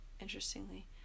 Interestingly